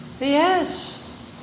Yes